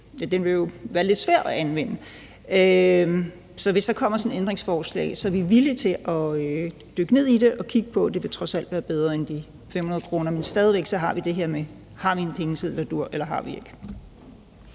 vil jo være lidt svær at anvende. Så hvis der kommer sådan et ændringsforslag, er vi villige til at dykke ned i det og kigge på det. Det vil trods alt være bedre end de 500 kr., men stadig væk har vi det her med, om vi har en pengeseddel, der duer, eller om vi ikke